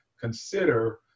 consider